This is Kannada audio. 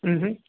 ಹ್ಞೂ ಹ್ಞೂ